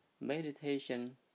Meditation